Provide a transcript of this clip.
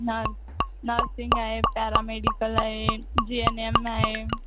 nurse nursing आहे paramedical आहे G N M आहे